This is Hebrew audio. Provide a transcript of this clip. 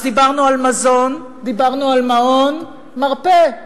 אז דיברנו על מזון, דיברנו על מעון, מרפא.